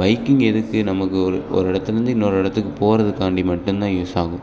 biking எதுக்கு நமக்கு ஒரு ஒரு இடத்துலருந்து இன்னொரு இடத்துக்கு போகிறதுக்காண்டி மட்டும்தான் யூஸ் ஆகும்